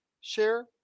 share